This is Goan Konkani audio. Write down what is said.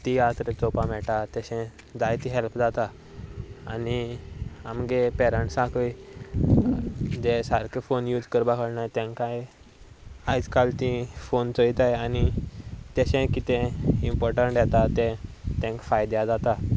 तीयात्र चोवपा मेळटा तशें जायती हेल्प जाता आनी आमगे पेरंट्साकूय जे सारके फोन यूज करपा कळना तांकां आयज काल ती फोन चोयताय आनी तेशें कितें इम्पोटंट येता तें तांकां फायद्या जाता